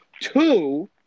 Two